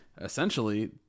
essentially